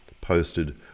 posted